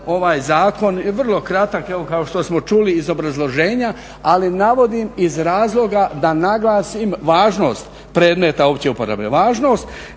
ovaj zakon je vrlo kratak, evo kao što smo čuli iz obrazloženja, ali navodim iz razloga da naglasim važnost predmeta opće uporabe, važnost